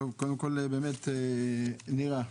קודם כל באמת נירה,